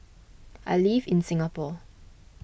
I live in Singapore